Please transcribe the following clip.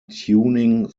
tuning